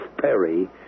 Perry